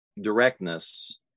directness